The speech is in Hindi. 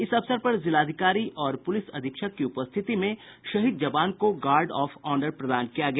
इस अवसर पर जिलाधिकारी और पुलिस अधीक्षक की उपस्थिति में शहीद जवान को गार्ड आफ आनर प्रदान किया गया